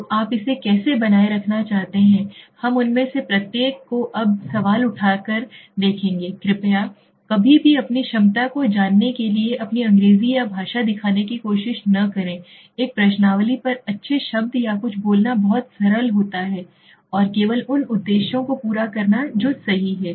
तो आप इसे कैसे बनाए रखना चाहते हैं हम उनमें से प्रत्येक को अब सवाल उठाते हुए देखेंगे कृपया कृपया कभी भी अपनी क्षमता को जानने के लिए अपनी अंग्रेजी या भाषा दिखाने की कोशिश न करें एक प्रश्नावली पर अच्छे शब्द या कुछ बोलना बहुत सरल होना है और केवल उन उद्देश्यों को पूरा करना चाहिए जो सही है